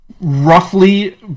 roughly